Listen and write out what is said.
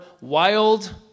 wild